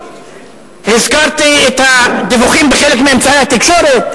הזכרתי את הדיווחים בחלק מאמצעי התקשורת.